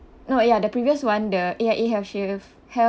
no ya the previous one the A_I_A healthshif~ health